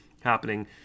happening